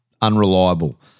unreliable